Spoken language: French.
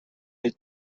les